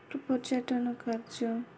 ପର୍ଯ୍ୟଟନ କାର୍ଯ୍ୟ